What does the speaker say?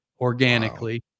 organically